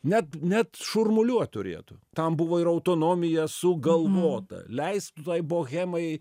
net net šurmuliuot turėtų tam buvo ir autonomija sugalvota leistų tai bohemai